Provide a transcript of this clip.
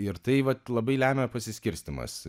ir tai vat labai lemia pasiskirstymas